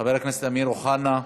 חבר הכנסת אמיר אוחנה,